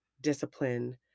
discipline